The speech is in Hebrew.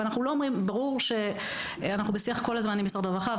ברור שאנחנו כל הזמן בשיח עם משרד הרווחה,